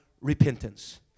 repentance